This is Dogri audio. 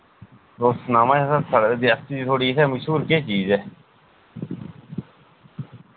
तुस सनाओ हां इत्थै साढ़ै रियासी थुआढ़ी इत्थै मश्हूर केह् चीज ऐ